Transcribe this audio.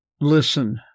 Listen